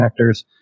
connectors